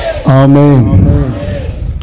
Amen